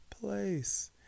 place